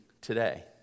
Today